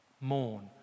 mourn